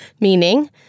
Meaning